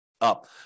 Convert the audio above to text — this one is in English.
Up